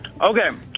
Okay